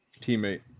teammate